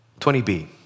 20b